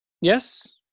Yes